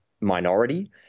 minority